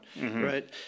right